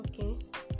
Okay